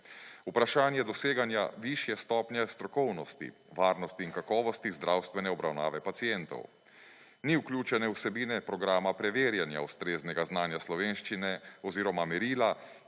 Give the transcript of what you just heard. Vprašanje doseganja višje stopnje strokovnosti, varnosti in kakovosti, zdravstvene obravnave pacientov. Ni vključene vsebine programa preverjanja ustreznega znanja slovenščine oziroma merila,